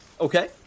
Okay